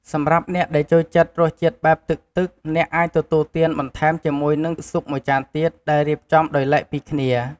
សម្រាប់អ្នកដែលចូលចិត្តរសជាតិបែបទឹកៗ អ្នកអាចទទួលទានបន្ថែមជាមួយនឹងស៊ុបមួយចានទៀតដែលរៀបចំដោយឡែកពីគ្នា។